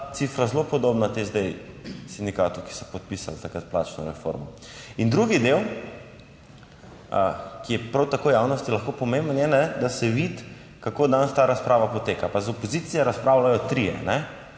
cifra zelo podobna tem. zdaj sindikatom, ki so podpisali takrat plačno reformo. In drugi del ki je prav tako v javnosti lahko pomemben je, da se vidi, kako danes ta razprava poteka, pa iz opozicije razpravljajo trije,